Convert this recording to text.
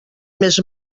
més